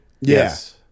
yes